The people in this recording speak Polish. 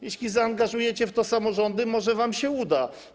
Jeśli zaangażujecie w to samorządy, może wam się uda.